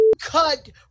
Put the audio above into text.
cut